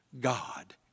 God